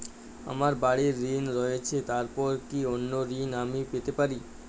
আমার বাড়ীর ঋণ রয়েছে এরপর কি অন্য ঋণ আমি পেতে পারি?